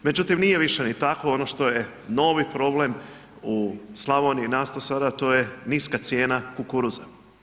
Međutim više nije ni tako, ono što je novi problem u Slavoniji nastao sada to je niska cijena kukuruza.